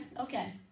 Okay